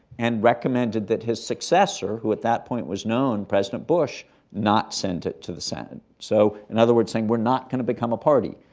and recommended that his successor, who at that point was known president bush not send it to the senate so in other words, saying we're not going to become a party.